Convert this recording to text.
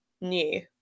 new